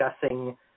discussing